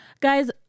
guys